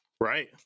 Right